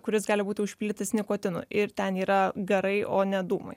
kuris gali būti užpildytas nikotinu ir ten yra garai o ne dūmai